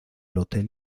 hotel